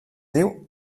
diu